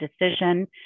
decision